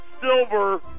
silver